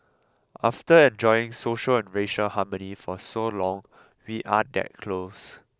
after enjoying social and racial harmony for so long we are that close